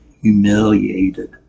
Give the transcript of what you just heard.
humiliated